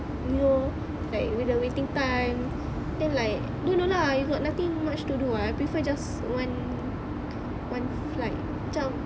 you know like with the waiting time then like you know lah got nothing much to do [what] I prefer just one one flight macam